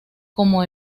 como